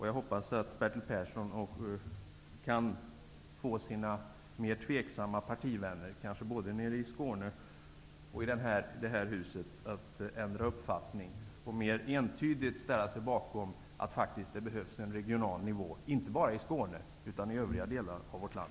Jag hoppas att Bertil Persson kan få sina mer tveksamma partivänner, både nere i Skåne och i det här huset, att ändra uppfattning och mer entydigt ställa sig bakom att det behövs en regional nivå, inte bara i Skåne, utan även i övriga delar av vårt land.